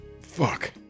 Fuck